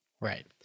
right